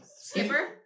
Skipper